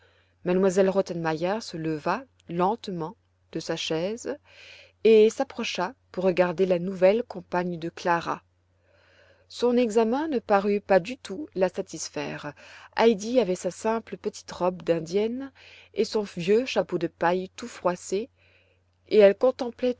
pour elle mademoiselle rottenmeier se leva lentement de sa chaise et s'approcha pour regarder la nouvelle compagne de clara son examen ne parut pas du tout la satisfaire heidi avait sa simple petite robe d'indienne et son vieux chapeau de paille tout froissé et elle contemplait